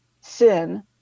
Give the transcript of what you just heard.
sin